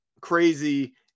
crazy